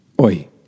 oi